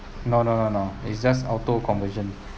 no no no no it's just auto conversion